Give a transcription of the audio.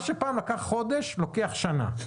מה שפעם לקח חודש, לוקח שנה.